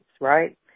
right